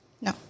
No